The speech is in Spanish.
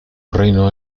reino